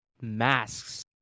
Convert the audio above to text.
masks